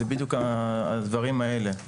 אז זה בדיוק בנושאים האלה.